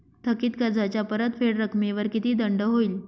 थकीत कर्जाच्या परतफेड रकमेवर किती दंड होईल?